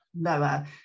lower